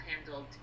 handled